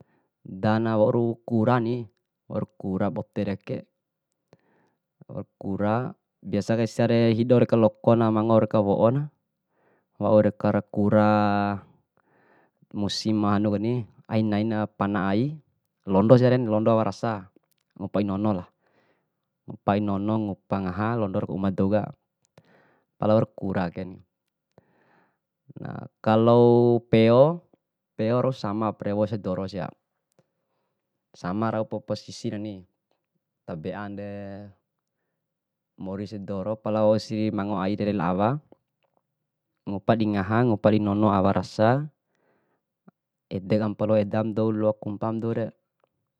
Dana waura kurani waura kura botere ke, waura kura. Biasa kai siare hido deka lokona mango deka wo'o na, waur deka kura musima dohoni aina pana ai londora siaren londo awa rasa ngupa oi nono. Ngupa oi nono ngupa ngaha, londora aka uma douka, pala waura kura aken. Nah kalau peo, peo rau samapa rewo aka doro rau sia, sama raupa posisinani tabeande more ese doro, pala si wausi mango aire lao awa, ngupa dingaha ngupa dinono awa rasa. Edeku ampo loa edaba dou loaku umpam doure.